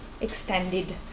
extended